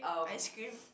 ice cream